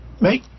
make